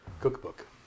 cookbook